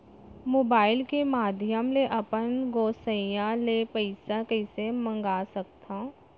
Mobile के माधयम ले अपन गोसैय्या ले पइसा कइसे मंगा सकथव?